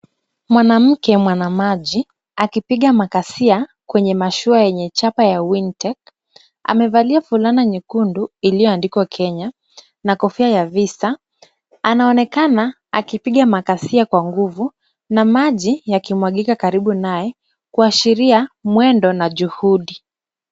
Mwanamke mwanamaji akipiga makasia kwenye mashua yenye chapa ya Wintake . Amevalia fulana nyekundu iliyoandikwa Kenya na kofia ya Visa, anaonekana akipiga makasia kwa nguvu na maji yakimwagika karibu naye kuashiria mwendo na juhudi.